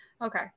okay